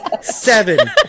seven